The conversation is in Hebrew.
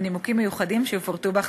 מנימוקים מיוחדים שיפורטו בהחלטתו.